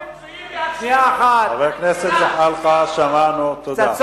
חבר הכנסת זחאלקה, שמענו, תודה.